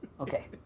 Okay